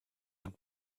had